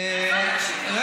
תעזוב את השוויון.